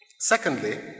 Secondly